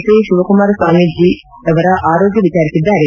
ಶ್ರೀ ಶಿವಕುಮಾರ್ ಸ್ವಾಮಿ ಅವರ ಆರೋಗ್ಲ ವಿಚಾರಿಸಿದ್ದಾರೆ